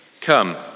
Come